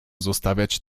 zostawiać